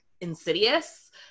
insidious